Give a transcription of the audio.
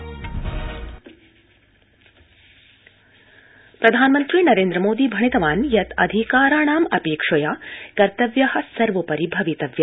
प्रधानमन्त्री प्रधानमन्त्री नरेन्द्रमोदी भणितवान् यत् अधिकाराणाम् अपेक्षया कर्तव्या सर्वापरि भवितव्या